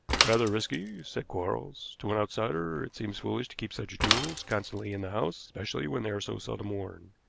rather risky, said quarles. to an outsider it seems foolish to keep such jewels constantly in the house, especially when they are so seldom worn.